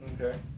Okay